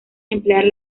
emplear